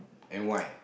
then why